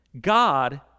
God